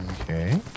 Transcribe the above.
Okay